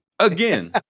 Again